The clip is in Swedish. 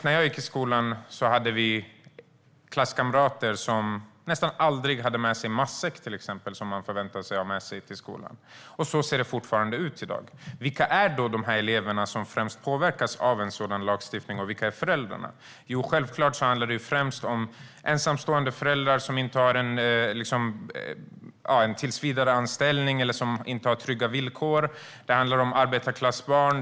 När jag gick i skolan hade jag klasskamrater som nästan aldrig hade med sig matsäck när man förväntades ha med sådan till skolan. Så ser det fortfarande ut i dag. Vilka är då de elever som främst påverkas av en sådan lagstiftning, och vilka är föräldrarna? Jo, självklart handlar det främst om ensamstående föräldrar som inte har tillsvidareanställning eller trygga villkor. Det handlar om arbetarklassbarn.